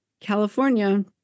California